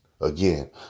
Again